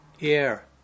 air